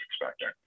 expecting